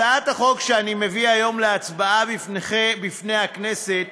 הצעת החוק שאני מביא היום להצבעה בפני הכנסת